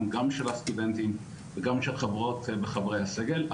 גם של הסטודנטים וגם של חברות וחברי הסגל,